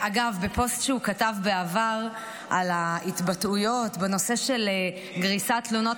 אגב בפוסט שהוא כתב בעבר על התבטאויות בנושא של גריסת תלונות